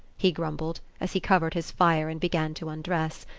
he grumbled, as he covered his fire and began to undress.